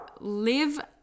live